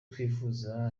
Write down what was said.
twifuza